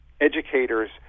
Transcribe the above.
educators